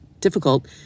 difficult